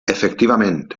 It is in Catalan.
efectivament